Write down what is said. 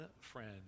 friend